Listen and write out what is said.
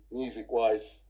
music-wise